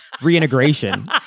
reintegration